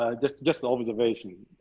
ah just just an observation.